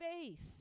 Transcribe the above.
faith